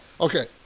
Okay